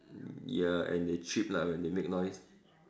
ya and they cheep lah when they make noise